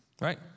Right